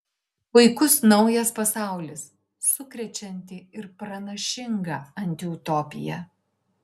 puikus naujas pasaulis sukrečianti ir pranašinga antiutopija